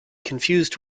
confused